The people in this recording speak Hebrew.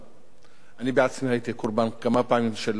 אני בעצמי הייתי כמה פעמים קורבן של האלימות הזאת,